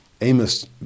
Amos